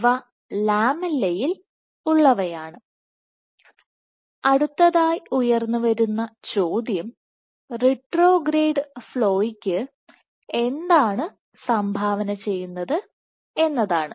ഇവ ലാമെല്ലയിൽ ഉള്ളവയാണ് അടുത്തതായി ഉയർന്നുവരുന്ന ചോദ്യം റിട്രോഗ്രേഡ് ഫ്ലോയ്ക് എന്താണ്സംഭാവന ചെയ്യുന്നത് എന്നതാണ്